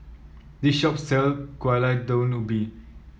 this shop sells Gulai Daun Ubi